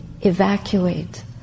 evacuate